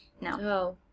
No